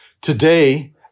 Today